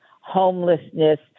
homelessness